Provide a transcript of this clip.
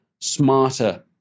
smarter